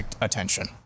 attention